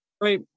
right